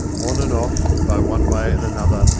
on and off, by one way and another,